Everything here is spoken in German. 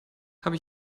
habe